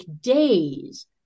days